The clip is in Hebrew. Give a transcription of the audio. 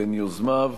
בין יוזמיו.